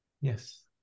Yes